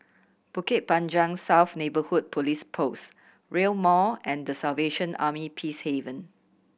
Bukit Panjang South Neighbourhood Police Post Rail Mall and The Salvation Army Peacehaven